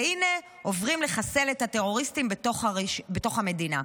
והינה עוברים לחסל את הטרוריסטים בתוך המדינה.